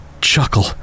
chuckle